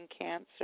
cancer